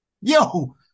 Yo